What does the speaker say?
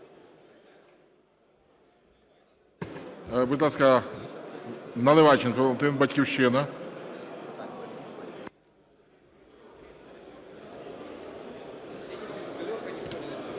Будь ласка, Наливайченко Валентин, "Батьківщина".